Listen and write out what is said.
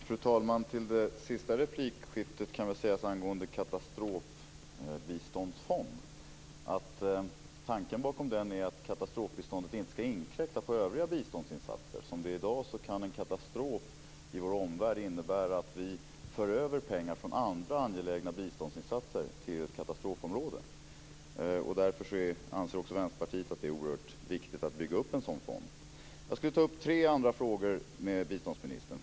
Fru talman! Till det sista replikskiftet om en katastrofbiståndsfond kan väl sägas att tanken bakom denna är att katastrofbiståndet inte ska inkräkta på övriga biståndsinsatser. Som det är i dag kan en katastrof i vår omvärld innebära att vi för över pengar från andra angelägna biståndsinsatser till ett katastrofområde. Därför anser också Vänsterpartiet att det är oerhört viktigt att bygga upp en sådan fond. Jag skulle vilja ta upp tre andra frågor med biståndsministern.